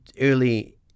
early